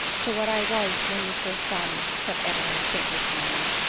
to what i was when you first saw me, said adeline, faintly smiling.